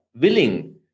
willing